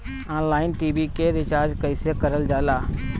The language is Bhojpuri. ऑनलाइन टी.वी के रिचार्ज कईसे करल जाला?